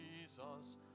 Jesus